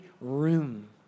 room